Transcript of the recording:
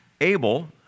Abel